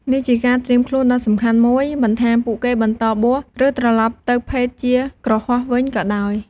នេះជាការត្រៀមខ្លួនដ៏សំខាន់មួយ មិនថាពួកគេបន្តបួស ឬត្រឡប់ទៅភេទជាគ្រហស្ថវិញក៏ដោយ។